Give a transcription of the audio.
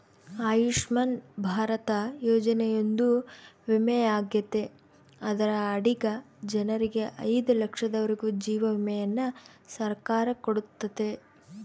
ಆಯುಷ್ಮನ್ ಭಾರತ ಯೋಜನೆಯೊಂದು ವಿಮೆಯಾಗೆತೆ ಅದರ ಅಡಿಗ ಜನರಿಗೆ ಐದು ಲಕ್ಷದವರೆಗೂ ಜೀವ ವಿಮೆಯನ್ನ ಸರ್ಕಾರ ಕೊಡುತ್ತತೆ